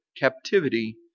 captivity